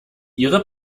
ihre